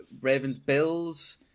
Ravens-Bills